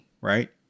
right